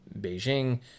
Beijing